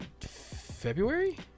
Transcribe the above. February